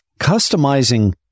customizing